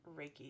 reiki